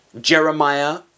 Jeremiah